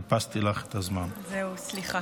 תודה.